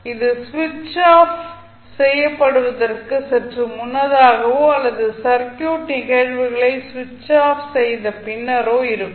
இது சுவிட்ச் ஆஃப் செய்யப்படுவதற்கு சற்று முன்னதாகவோ அல்லது சர்க்யூட் நிகழ்வுகளை சுவிட்ச் ஆஃப் செய்த பின்னரோ இருக்கும்